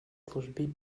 служби